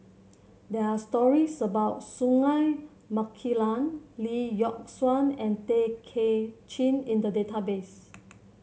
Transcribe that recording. there are stories about Singai Mukilan Lee Yock Suan and Tay Kay Chin in the database